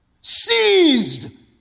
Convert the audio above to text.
seized